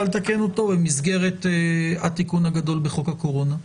לתקן אותו במסגרת התיקון הגדול בחוק הקורונה.